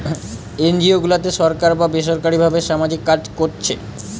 NGO গুলাতে সরকার বা বেসরকারী ভাবে সামাজিক কাজ কোরছে